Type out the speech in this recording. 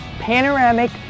Panoramic